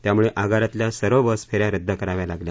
त्यामुळे आगारातल्या सर्व बस फेऱ्या रद्द कराव्या लागल्या